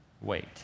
wait